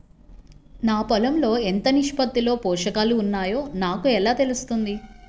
నా పొలం లో ఎంత నిష్పత్తిలో పోషకాలు వున్నాయో నాకు ఎలా తెలుస్తుంది?